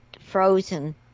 frozen